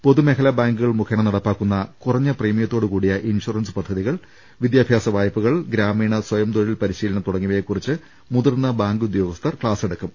പൊതുമേഖലാ ബാങ്കുകൾ മുഖേന നടപ്പാക്കുന്ന കുറഞ്ഞ പ്രീമിയത്തോടുകൂടിയ ഇൻഷുറൻസ് പദ്ധതികൾ വിദ്യാഭ്യാസ വായ്പ കൾ ഗ്രാമീണ സ്വയം തൊഴിൽ പരിശീലനം തുടങ്ങിയവയെകുറിച്ച് മുതിർന്ന ബാങ്കു ദ്യോഗസ്ഥർ ക്ലാസെടുക്കും